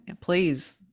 please